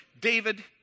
David